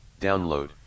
download